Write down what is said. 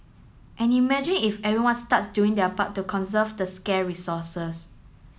and imagine if everyone starts doing their part to conserve the scare resources